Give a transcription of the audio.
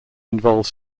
involves